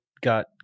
got